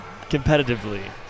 competitively